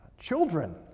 Children